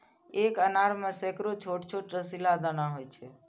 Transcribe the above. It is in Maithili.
एक अनार मे सैकड़ो छोट छोट रसीला दाना होइ छै